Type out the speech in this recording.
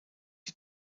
die